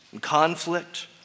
conflict